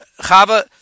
Chava